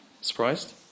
Surprised